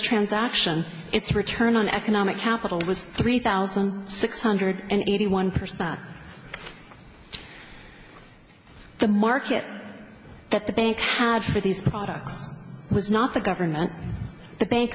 transaction its return on economic capital was three thousand six hundred and eighty one percent the market that the bank had for these products was not the government the bank